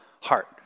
heart